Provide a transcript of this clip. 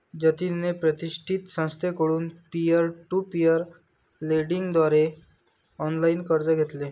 जतिनने प्रतिष्ठित संस्थेकडून पीअर टू पीअर लेंडिंग द्वारे ऑनलाइन कर्ज घेतले